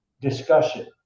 discussion